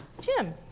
Jim